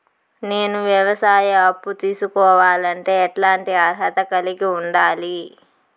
నేను వ్యవసాయ అప్పు తీసుకోవాలంటే ఎట్లాంటి అర్హత కలిగి ఉండాలి?